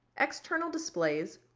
external displays,